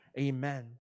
Amen